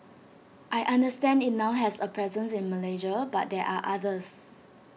I understand IT now has A presence in Malaysia but there are others